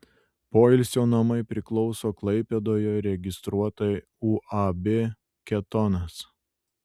poilsio namai priklauso klaipėdoje registruotai uab ketonas